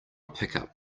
pickup